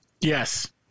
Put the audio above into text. Yes